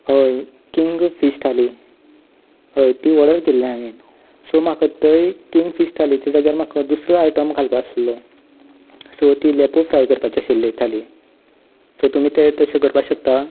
हय king fish thali हय ती ऑर्डर केल्लें हांवें सो म्हाका थंय कींग फीश थालीच्या जाग्यार म्हाका दुसरो आयटम घालपाक आशिल्लो सो ती लेपो फ्राय करपाची आशिल्ली एक थाली सो तुमी तें तशें करपाक शकतात